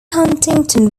huntington